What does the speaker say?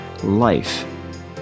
life